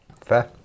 Fair